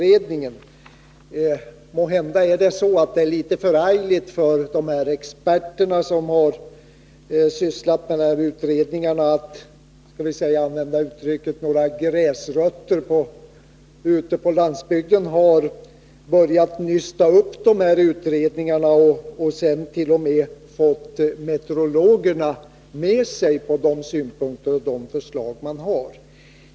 Måhända ligger det till så att det är litet förargligt för de experter som sysslat med dessa utredningar att några gräsrötter ute på landsbygden har börjat nysta upp dessa utredningar och t.o.m. fått meteorologerna med sig på sina synpunkter.